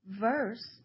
verse